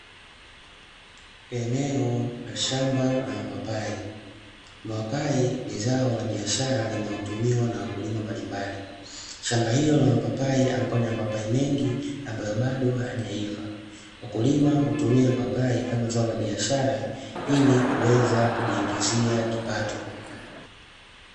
Eneo la shamba la mapapai, mapai ni zao la biashara linaotumiwa na wakulima mbalimbali. Shamba hilo la mapapai ambayo lina mapapai mengi ambayo bado hayajaiva, wakulima hutumia mapapai kama zao la biashara ili kuweza kujiingizia kipato.